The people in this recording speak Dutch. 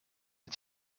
het